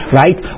right